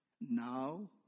now